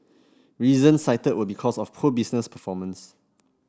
reasons cited were because of poor business performance